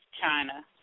China